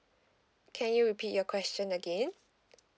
can you repeat your question again